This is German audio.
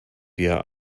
wir